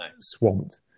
swamped